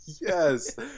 Yes